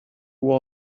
will